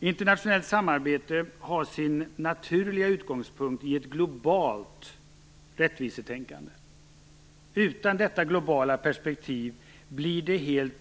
Internationellt samarbete har sin naturliga utgångspunkt i ett globalt rättvisetänkande. Utan detta globala perspektiv blir